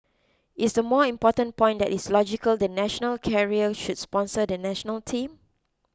is the more important point that it is logical the national carrier should sponsor the National Team